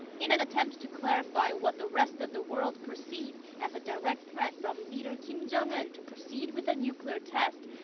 in an attempt to clarify what the rest of the world perceived as a direct threat from leader kim jong-un to proceed with a nuclear test,